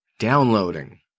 Downloading